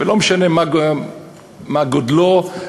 ולא משנה מה גודל תפקידו,